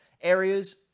areas